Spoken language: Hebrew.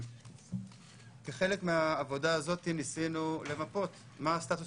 כחלק מהעבודה הזאת ניסינו למפות מה סטטוס